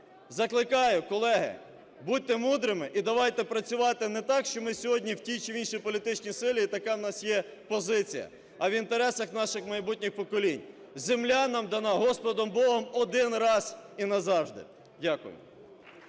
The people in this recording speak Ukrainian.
Закликаю, колеги, будьте мудрими, і давайте працювати не так, що ми сьогодні в тій, чи в іншій політичній силі і така в нас є позиція, а в інтересах наших майбутніх поколінь. Земля нам дана Господом Богом один раз і назавжди. Дякую.